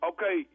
Okay